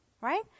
Right